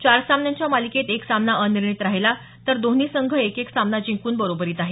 चार सामन्यांच्या मालिकेत एक सामना अनिर्णित राहीला तर दोन्ही संघ एक एक सामना जिंकून बरोबरीत आहेत